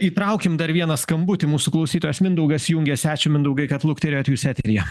įtraukim dar vieną skambutį mūsų klausytojas mindaugas jungiasi ačiū mindaugai kad lukterėjot jus eteryje